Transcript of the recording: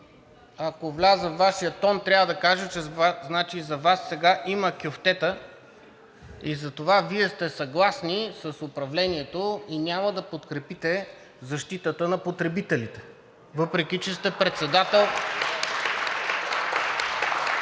Ако вляза във Вашия тон, ще трябва да кажа, че за Вас сега има кюфтета и затова Вие сте съгласни с управлението и няма да подкрепите защитата на потребителите, въпреки че сте председател